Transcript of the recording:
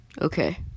Okay